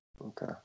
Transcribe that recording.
Okay